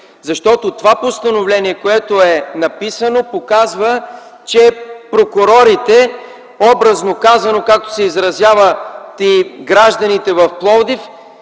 Защото постановлението, което е написано, показва, че прокурорите – образно казано – както се изразяват и гражданите в Пловдив,